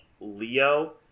Leo